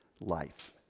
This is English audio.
life